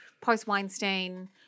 post-Weinstein